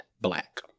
black